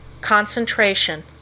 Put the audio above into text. CONCENTRATION